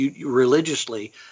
religiously